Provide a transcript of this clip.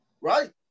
Right